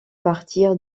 partir